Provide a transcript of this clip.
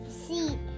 seat